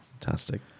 Fantastic